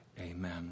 amen